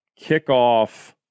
kickoff